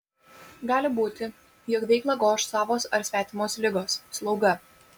gali būti jog veiklą goš savos ar svetimos ligos slauga